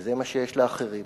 וזה מה שיש לאחרים,